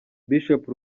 bishop